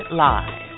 live